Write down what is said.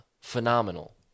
phenomenal